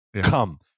Come